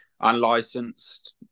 unlicensed